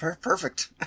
Perfect